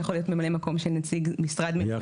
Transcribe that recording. זה יכול להיות ממלא מקום של נציג משרד ממשלתי.